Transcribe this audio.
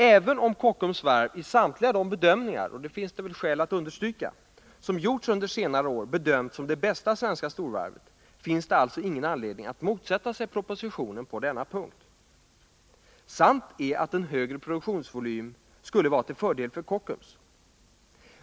Även om Kockums varv i samtliga de bedömningar som gjorts under senare år — det finns skäl att understryka det — har ansetts som det bästa svenska storvarvet, finns det alltså ingen anledning att motsätta sig propositionen på denna punkt. Sant är att en högre produktionsvolym skulle vara till fördel för Kockums.